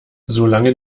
solange